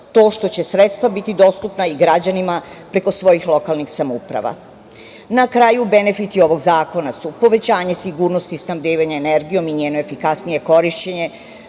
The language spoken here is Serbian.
to što će i sredstva biti dostupna građanima preko svojih lokalnih samouprava. Na kraju, benefiti ovog zakona su povećanje sigurnosti snabdevanja energijom i njeno efikasnije korišćenje,